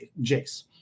Jace